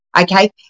Okay